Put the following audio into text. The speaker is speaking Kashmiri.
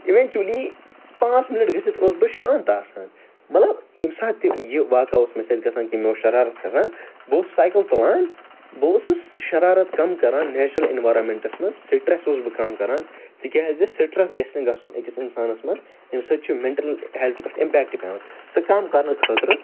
اِویٚنچُؤلی پانٛژھ مِنٹ گٔژھِتھ اوسُس بہٕ شانٛت آسان مطلب ییٚمہِ ساتہٕ تہِ یہِ واقعہ اوس مےٚ سۭتۍ گَژھان کہِ مےٚ اوس شرارت کھَسان بہٕ اوسُس سایکل تُلان بہٕ اوسُس شَرارت کم کَران نیچرَل ایٚنویٚرانمیٚنٹَس مَنٛز سٹریٚس اوسُس بہٕ کم کَران تِکیٛازِ سٹریٚس گَژھہِ نہٕ گَژھُن أکِس اِنسانَس منٛز اَمہِ سۭتۍ چھُ میٚنٹَل ہیٚلتھہِ پٮ۪ٹھ اِمپیکٹہٕ پیٚوان سُہ کم کَرنہٕ خٲطرٕ